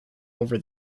over